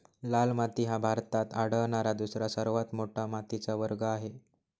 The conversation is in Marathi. लाल माती हा भारतात आढळणारा दुसरा सर्वात मोठा मातीचा वर्ग आहे